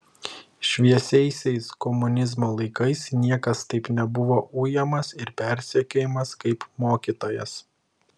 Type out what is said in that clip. šviesiaisiais komunizmo laikais niekas taip nebuvo ujamas ir persekiojamas kaip mokytojas